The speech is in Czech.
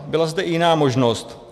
Byla zde i jiná možnost.